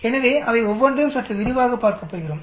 எனவே அவை ஒவ்வொன்றையும் சற்று விரிவாகப் பார்க்கப் போகிறோம்